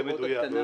זה מדויק.